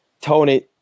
Tony